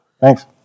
Thanks